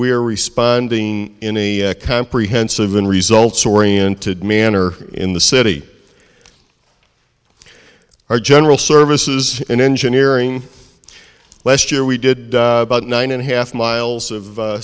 we are responding in a comprehensive and results oriented manner in the city our general services in engineering last year we did about nine and a half miles of